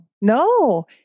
No